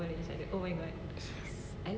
yes